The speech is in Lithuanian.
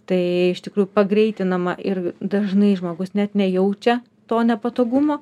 tai iš tikrųjų pagreitinama ir dažnai žmogus net nejaučia to nepatogumo